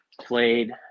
played